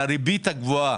על הריבית הגבוהה.